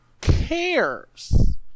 cares